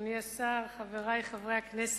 אדוני השר, חברי חברי הכנסת,